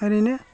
एरैनो